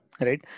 right